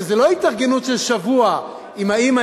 שזה לא התארגנות של שבוע עם האמא,